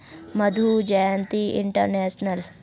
Madhu Jayanti international